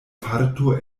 farto